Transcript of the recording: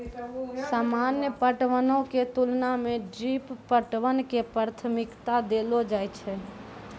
सामान्य पटवनो के तुलना मे ड्रिप पटवन के प्राथमिकता देलो जाय छै